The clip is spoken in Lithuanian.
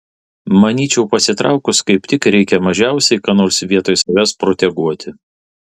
manyčiau pasitraukus kaip tik reikia mažiausiai ką nors vietoj savęs proteguoti